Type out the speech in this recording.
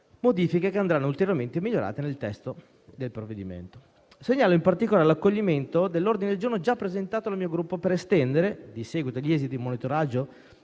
modifiche che andranno ulteriormente migliorate nel testo del provvedimento. Segnalo, in particolare, l'accoglimento dell'ordine del giorno già presentato dal mio Gruppo volto ad estendere, di seguito agli esiti del monitoraggio